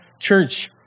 church